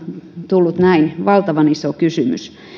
tullut näin valtavan iso kysymys